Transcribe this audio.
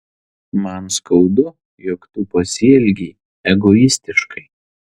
man skaudu jog tu pasielgei egoistiškai